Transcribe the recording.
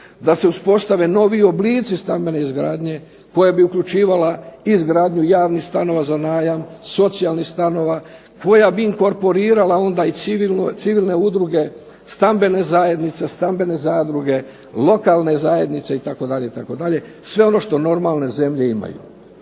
da se uspostavi novi oblici stambene izgradnje koja bi uključivala izgradnju javnih stanova za najam, socijalnih stanova, koja bi inkorporirala onda i civilne udruge stambene zajednice, stambene zadruge, lokalne zajednice itd., sve ono što normalne zemlje imaju.